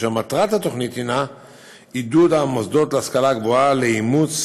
מטרת התוכנית היא עידוד המוסדות להשכלה גבוהה לאימוץ